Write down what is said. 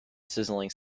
sizzling